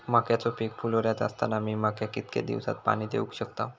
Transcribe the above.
मक्याचो पीक फुलोऱ्यात असताना मी मक्याक कितक्या दिवसात पाणी देऊक शकताव?